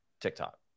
TikTok